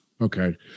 Okay